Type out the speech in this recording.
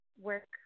work